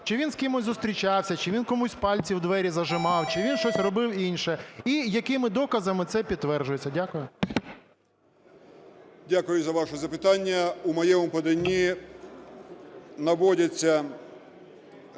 чи він з кимось зустрічався, чи він комусь пальці у двері зажимав, чи він щось робив інше, - і якими доказами це підтверджується. Дякую. 10:55:27 ЛУЦЕНКО Ю.В. Дякую за ваше запитання. У моєму поданні наводяться докази